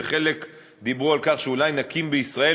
וחלק דיברו על כך שאולי נקים בישראל